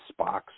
Spock